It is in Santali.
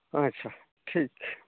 ᱟᱪᱪᱷᱟ ᱴᱷᱤᱠ